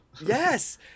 Yes